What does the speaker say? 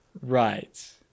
Right